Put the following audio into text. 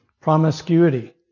promiscuity